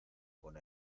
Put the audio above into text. con